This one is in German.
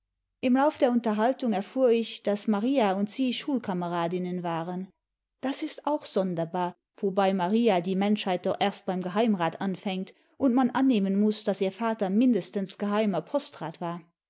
im lauf der unterhaltung erfuhr ich daß maria und sie schulkameradinnen waren das ist auch sonderbar wo bei maria die menschheit doch erst beim geheimrät anfängt und man annehmen muß daß ihr vater mindestens geheimer postrat war